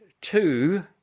two